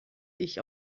ich